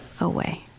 away